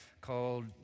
called